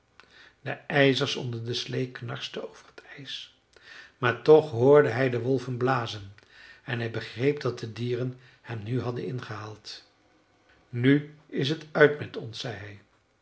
de ijzers onder de slee knarsten over t ijs maar toch hoorde hij de wolven blazen en hij begreep dat de dieren hem nu hadden ingehaald nu is t uit met ons zei